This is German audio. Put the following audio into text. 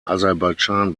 aserbaidschan